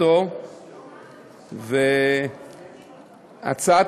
ניסן סלומינסקי, להציג לנו את הצעת